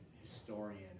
historian